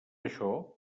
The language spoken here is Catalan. això